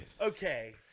Okay